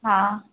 हा